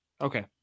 Okay